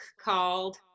called